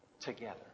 together